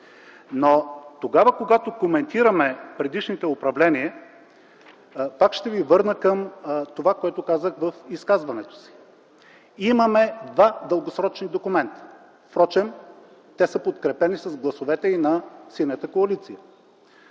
Но тогава, когато коментираме предишното управление пак ще ви върна към това, което казах в изказването си – имаме два дългосрочни документа. Впрочем, те са подкрепени с гласовете и на Синята коалиция.